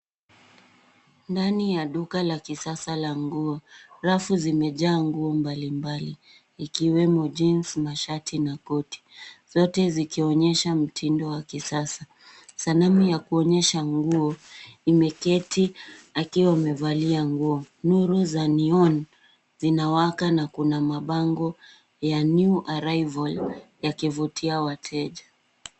Ndani ya duka la kisasa la nguo rafu zimejaa nguo mbalimbali ikiwemo jinsi, mashati na koti. Zote zikionyesha mtindo wa kisasa. Sanamu ya kuonyesha nguo imeketi akiwa amevalia nguo. Nuru za neon zinawaka na kuna mabango ya new arrival yakivutia wateja.